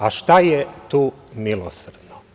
A šta je tu milosrdno?